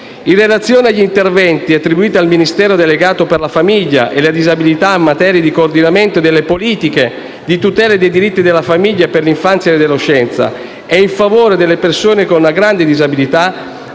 In relazione agli interventi attribuiti al Ministero delegato per la famiglia e la disabilità in materia di coordinamento delle politiche di tutela dei diritti della famiglia, per l'infanzia e l'adolescenza e in favore delle persone con grande disabilità,